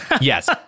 Yes